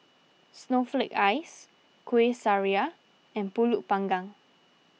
Snowflake Ice Kueh Syara and Pulut Panggang